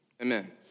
Amen